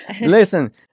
listen